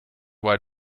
wide